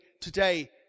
today